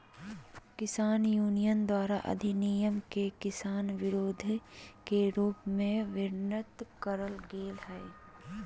किसान यूनियन द्वारा अधिनियम के किसान विरोधी के रूप में वर्णित करल गेल हई